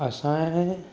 असां जे